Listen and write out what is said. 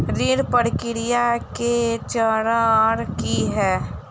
ऋण प्रक्रिया केँ चरण की है?